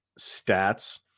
stats